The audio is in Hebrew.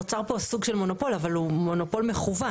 נוצר פה סוג של מונופול, אבל הוא מונופול מכוון.